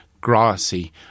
grassy